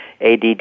ADD